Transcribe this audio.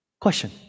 Question